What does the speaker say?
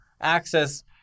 access